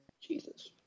Jesus